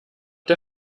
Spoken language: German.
der